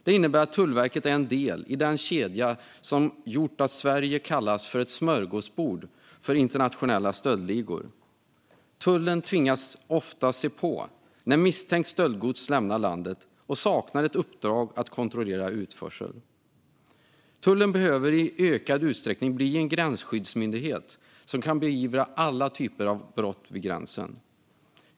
Det innebär att Tullverket är en del i en kedja som gjort att Sverige kallats för ett smörgåsbord för internationella stöldligor. Tullen tvingas ofta se på när misstänkt stöldgods lämnar landet, och den saknar ett uppdrag att kontrollera utförsel. Tullen behöver i ökad utsträckning bli en gränsskyddsmyndighet som kan beivra alla typer av brott vid gränsen.